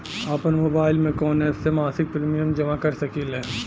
आपनमोबाइल में कवन एप से मासिक प्रिमियम जमा कर सकिले?